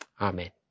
Amen